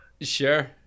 Sure